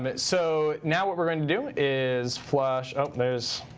but so now what we're going to do is flush oh, there's